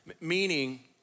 Meaning